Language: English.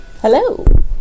Hello